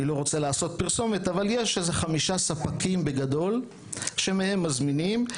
אבל יש חמישה ספקים בגדול שמהם מזמינים.